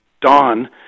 Dawn